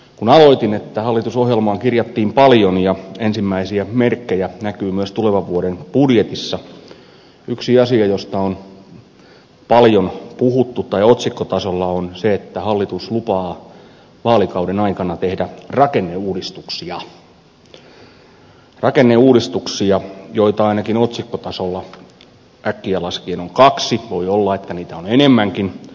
kun aloitin sillä että hallitusohjelmaan kirjattiin paljon ja ensimmäisiä merkkejä näkyy myös tulevan vuoden budjetissa niin yksi asia josta on paljon ollut otsikkotasolla on se että hallitus lupaa vaalikauden aikana tehdä rakenneuudistuksia rakenneuudistuksia joita ainakin otsikkotasolla äkkiä laskien on kaksi voi olla että niitä on enemmänkin